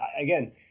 again